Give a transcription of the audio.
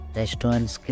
restaurants